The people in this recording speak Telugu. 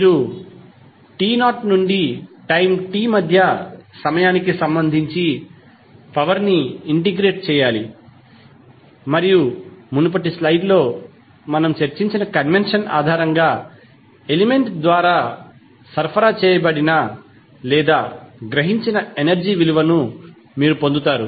మీరు t0 నుండి టైమ్ t మధ్య సమయానికి సంబంధించి పవర్ ని ఇంటిగ్రేట్ చేయాలి మరియు మునుపటి స్లైడ్లో మనము చర్చించిన కన్వెన్షన్ ఆధారంగా ఎలిమెంట్ ద్వారా సరఫరా చేయబడిన లేదా గ్రహించిన ఎనర్జీ విలువను మీరు పొందుతారు